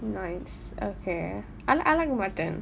nice I I like mutton